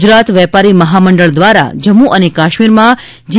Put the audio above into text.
ગુજરાત વેપારી મહામંડળ દ્વારા જમ્મુ અને કાશ્મીરમાં જી